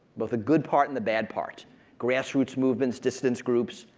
both the good part and the bad part grassroots movements, dissidents' groups,